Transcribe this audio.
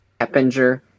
Eppinger